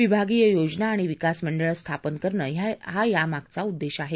विभागीय योजना आणि विकास मंडळं स्थापन करणं हा यामागचा उद्देश आहे